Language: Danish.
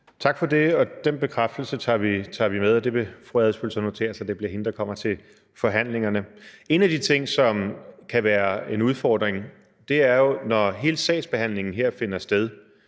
Tak for det, og den bekræftelse tager vi med, og det vil fru Karina Adsbøl så notere sig, for det bliver hende, der kommer til forhandlingerne. En af de ting, som kan være en udfordring, er jo, hvis vi, når hele sagsbehandlingen her finder sted,